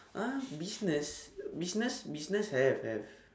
!huh! business business business have have